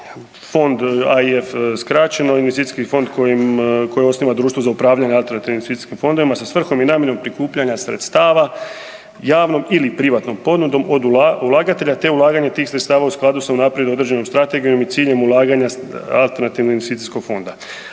fond, EIF skraćeno, investicijski fond koji osniva društvo za upravljanje alternativnim investicijskim fondovima sa svrhom i namjenom prikupljanja sredstava javnom ili privatnom ponudom od ulagatelja te ulaganje tih sredstava u skladu s unaprijed određenom strategijom i ciljem ulaganja alternativnog investicijskog fonda,